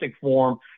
form